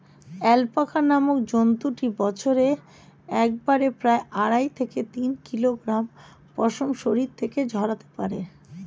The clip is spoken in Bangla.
অ্যালপাকা নামক জন্তুটি বছরে একবারে প্রায় আড়াই থেকে তিন কিলোগ্রাম পশম শরীর থেকে ঝরাতে পারে